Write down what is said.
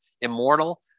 immortal